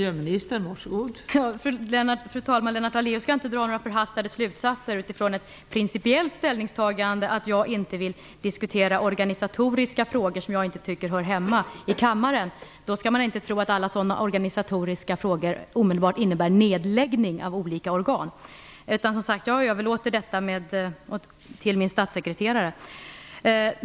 Fru talman! Lennart Daléus skall inte dra några förhastade slutsatser utifrån ett principiellt ställningstagande om att jag inte vill diskutera organisatoriska frågor som jag inte tycker hör hemma i kammaren. Man skall då inte tro att alla sådana organisatoriska frågor omedelbart innebär nedläggning av olika organ. Men, som sagt, jag överlåter detta till min statssekreterare.